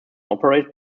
operated